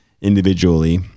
individually